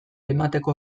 emateko